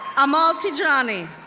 amal tidjani,